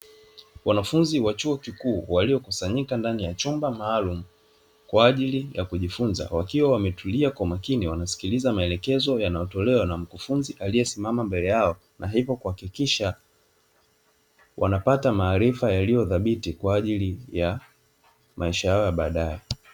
Wanafunzi wa chuo kikuu waliokusanyika ndani ya chumba maalumu kwa ajili ya kujifunza, wakiwa wametulia kwa makini wanasikiliza maelekezo yanayotolewa na mkufunzi aliyesimama mbele yao, na hivyo kuhakikisha wanapata maarifa yaliyo thabiti kwa ajili ya maisha yao ya baadae.